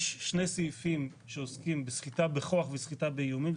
יש שני סעיפים שעוסקים בסחיטה בכוח ובסחיטה באיומים,